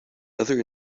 other